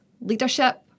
leadership